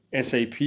SAP